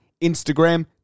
Instagram